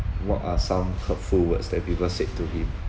what are some hurtful words that people said to him